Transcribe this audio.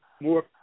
more